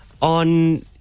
on